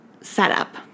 setup